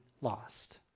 lost